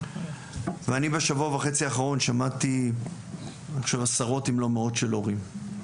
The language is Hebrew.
ואני בשבוע וחצי האחרונים שמעתי אני חושב עשרות אם לא מאות של הורים.